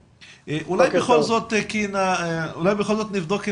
תוסיפו את היעדר השייכות,